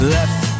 Left